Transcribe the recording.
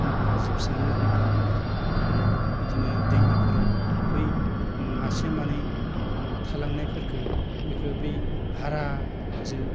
नाफोरा जोबस्रांनो हमदो ओमफ्राय बिदिनो दैमाफोराव बै मासे मानै उम थालांनायफोरखो बेखो बै हाराजो